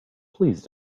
please